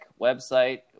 website